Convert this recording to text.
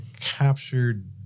captured